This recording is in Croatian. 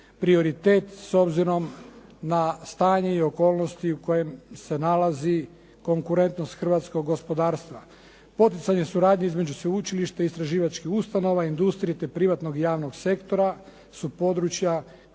prioritet s obzirom na stanje i okolnosti u kojem se nalazi konkurentnost hrvatskog gospodarstva. Poticanje suradnje između sveučilišta i istraživačkih ustanova, industrije te privatnog i javnog sektora su područja